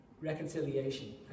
reconciliation